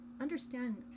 understand